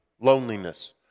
loneliness